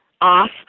off